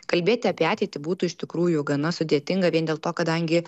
kalbėti apie ateitį būtų iš tikrųjų gana sudėtinga vien dėl to kadangi